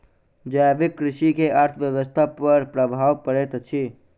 जैविक कृषि के अर्थव्यवस्था पर प्रभाव पड़ैत अछि